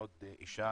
עוד אישה